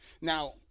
Now